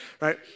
right